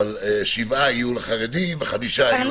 שבע יהיו לחרדים וחמש לאנשים עם מוגבלות.